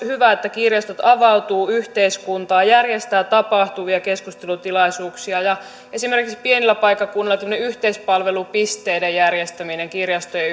hyvä että kirjastot avautuvat yhteiskuntaan järjestävät tapahtumia keskustelutilaisuuksia ja esimerkiksi pienillä paikkakunnilla yhteispalvelupisteiden järjestäminen kirjastojen